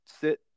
sit